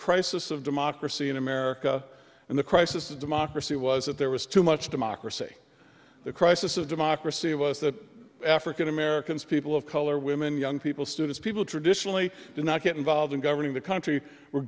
crisis of democracy in america and the crisis democracy was that there was too much democracy the crisis of democracy of us that african americans people of color women young people students people traditionally do not get involved in governing the country were